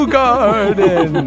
garden